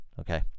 Okay